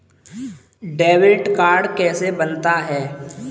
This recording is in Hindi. डेबिट कार्ड कैसे बनता है?